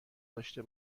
داشته